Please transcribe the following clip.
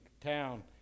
town